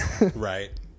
Right